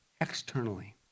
externally